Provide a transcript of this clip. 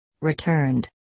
returned